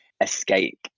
escape